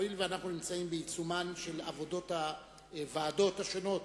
הואיל ואנחנו בעיצומן של עבודות הוועדות השונות,